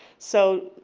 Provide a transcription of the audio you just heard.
so